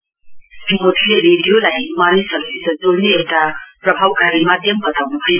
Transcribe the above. श्री मोदीले रेडियोलाई मानिसहरुसित जोड्ने एउटा प्रभावकारी माध्यम वताउनुभयो